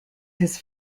his